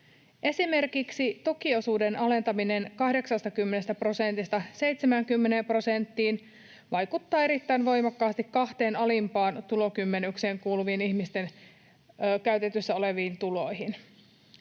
Esimerkiksi tukiosuuden alentaminen 80 prosentista 70 prosenttiin vaikuttaa erittäin voimakkaasti kahteen alimpaan tulokymmenykseen kuuluvien ihmisten käytettävissä oleviin tuloihin.